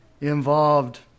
involved